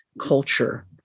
culture